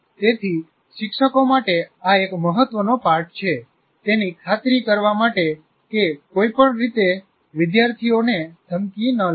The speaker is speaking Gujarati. તેથી શિક્ષકો માટે આ એક મહત્વનો પાઠ છે તેની ખાતરી કરવા માટે કે કોઈ પણ રીતે વિદ્યાર્થીઓને ધમકી ન લાગે